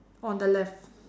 on the left